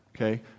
Okay